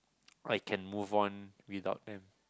I can move on without them